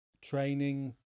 training